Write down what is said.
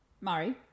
Murray